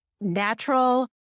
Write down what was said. natural